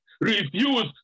Refuse